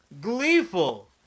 Gleeful